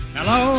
Hello